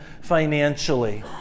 financially